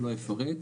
לא אפרט,